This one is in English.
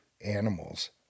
animals